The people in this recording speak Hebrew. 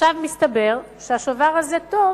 עכשיו מסתבר שהשובר הזה טוב